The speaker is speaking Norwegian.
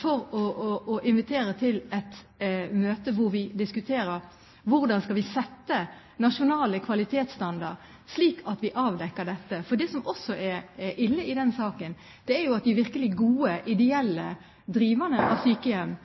for å invitere til et møte hvor vi diskuterer hvordan vi skal sette en nasjonal kvalitetsstandard slik at vi avdekker dette. For det som også er ille i den saken, er jo at de virkelig gode, ideelle driverne av sykehjem